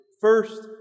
first